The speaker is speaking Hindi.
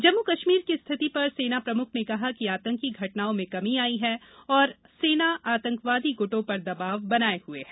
जम्मू कश्मीर की स्थिति पर सेना प्रमुख ने कहा कि आतंकी घटनाओं में कमी आई है तथा सेना आतंकवादी गुटों पर दबाव बनाए हुए है